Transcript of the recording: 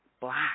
Black